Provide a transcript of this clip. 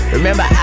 Remember